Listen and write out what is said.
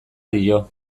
dio